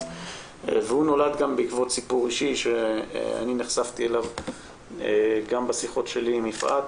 התיקון נולד בעקבות סיפור אישי שאני נחשפתי אליו גם בשיחות שלי עם יפעת.